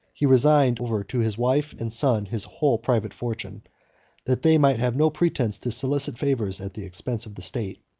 he resigned over to his wife and son his whole private fortune that they might have no pretence to solicit favors at the expense of the state.